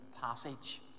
passage